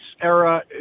era